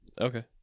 Okay